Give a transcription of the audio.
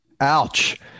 Ouch